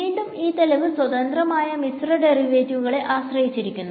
വീണ്ടും ഈ തെളിവ് സ്വതന്ത്രമായ മിശ്ര ഡെറിവറ്റീവ്നെ ആശ്രയിച്ചിരിക്കുന്നു